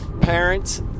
parents